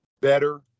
better